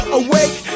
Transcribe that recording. awake